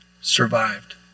survived